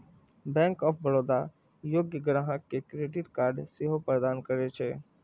bank of Baroda योग्य ग्राहक कें क्रेडिट कार्ड सेहो प्रदान करै छै